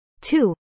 two